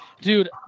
Dude